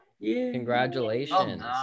Congratulations